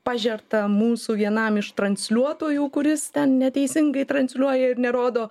pažerta mūsų vienam iš transliuotojų kuris ten neteisingai transliuoja ir nerodo